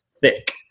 thick